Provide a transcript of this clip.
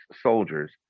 soldiers